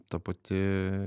ta pati